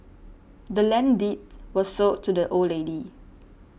the land's deed was sold to the old lady